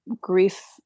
grief